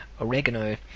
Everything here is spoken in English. Oregano